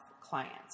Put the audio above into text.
clients